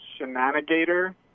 shenanigator